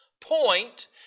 point